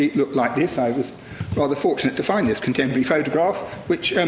looked like this. i was rather fortunate to find this contemporary photograph, which,